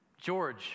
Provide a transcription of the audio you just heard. george